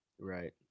Right